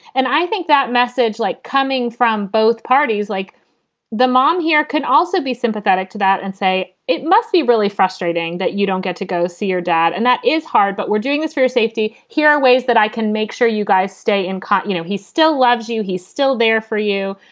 and i think that message like coming from both parties, like the mom here, could also be sympathetic to that and say it must be really frustrating that you don't get to go see your dad. and that is hard. but we're doing this for your safety. here are ways that i can make sure you guys stay in court. you know, he still loves you. he's still there for you.